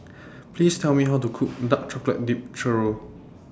Please Tell Me How to Cook Dark Chocolate Dipped Churro